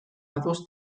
ados